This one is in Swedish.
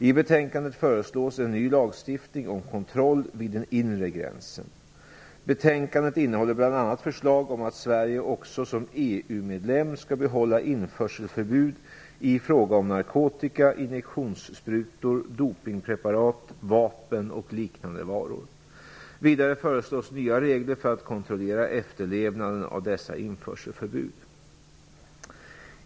I betänkandet föreslås en ny lagstiftning om kontroll vid den inre gränsen. Betänkandet innehåller bl.a. förslag om att Sverige också som EU-medlem skall behålla införselförbud i fråga om narkotika, injektionssprutor, dopingpreparat, vapen och liknande varor. Vidare föreslås nya regler för att kontrollera efterlevnaden av dessa införselförbud.